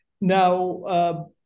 Now